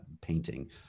painting